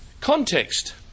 context